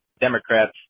Democrats